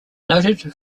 noted